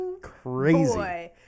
Crazy